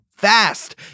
Fast